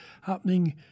happening